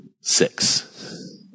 six